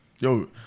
Yo